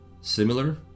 similar